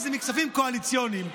כי הן מכספים קואליציוניים.